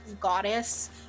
goddess